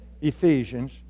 Ephesians